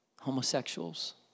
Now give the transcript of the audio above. homosexuals